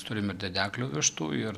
turim ir dedeklių vištų ir